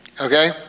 Okay